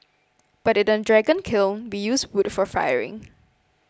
but in a dragon kiln we use wood for firing